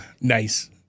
Nice